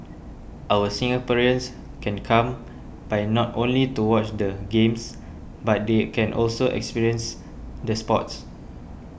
our Singaporeans can come by not only to watch the Games but they can also experience the sports